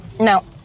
No